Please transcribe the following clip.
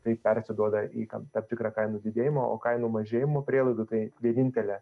tai persiduoda į tam tam tikrą kainų didėjimą o kainų mažėjimo prielaidų tai vienintelė